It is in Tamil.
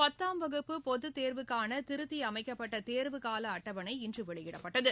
பத்தாம் வகுப்பு பொதுத் தேர்வுக்கான திருத்தியமைக்கப்பட்ட தேர்வுக்கால அட்டவணை இன்று வெளியிடப்பட்டது